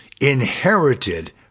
inherited